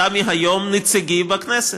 אתה מהיום נציגי בכנסת,